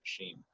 machine